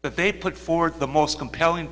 but they put forth the most compelling